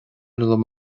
liom